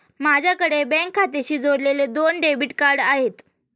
माझ्याकडे बँक खात्याशी जोडलेली दोन डेबिट कार्ड आहेत